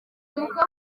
mukobwa